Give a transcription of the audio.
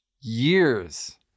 years